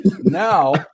now